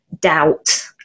doubt